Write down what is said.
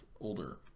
older